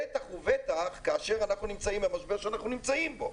בטח ובטח כאשר אנחנו נמצאים במשבר שאנחנו נמצאים בו.